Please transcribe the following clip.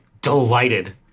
delighted